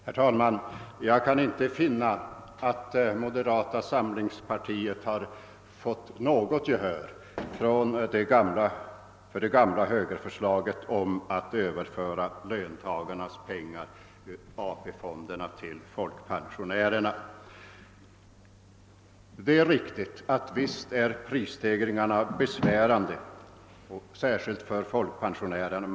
Herr talman! Jag kan inte finna att moderata samlingspartiet har vunnit något gehör för det gamla högerförslaget att överföra löntagarnas pengar i AP-fonderna till folkpensionärerna. Visst är prisstegringarna besvärande, särskilt för folkpensionärerna.